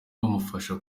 bamufasha